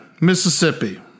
Mississippi